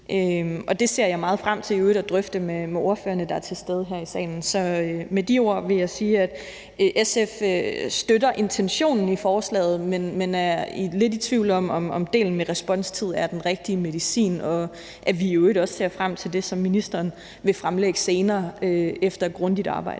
Og det ser jeg i øvrigt meget frem til at drøfte med ordførerne, der er til stede her i salen. Med de ord vil jeg sige, at SF støtter intentionen i forslaget, men er lidt i tvivl om, om idéen med responstid er den rigtige medicin. Og vi ser i øvrigt også frem til det, som ministeren vil fremlægge senere efter et grundigt arbejde.